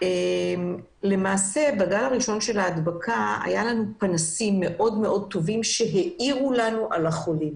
בגל הראשון של ההדבקה היו פנסים טובים שהאירו על החולים.